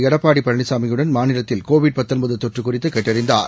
எடப்பாடிபழனிச்சாமியுடன் மாநிலத்தில் கோவிட் தொற்றுகுறித்துகேட்டறிந்தார்